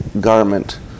garment